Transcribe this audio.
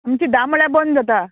आमची धा म्हणल्यार बंद जाता